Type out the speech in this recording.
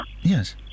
Yes